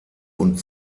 und